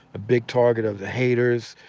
a big target of the haters.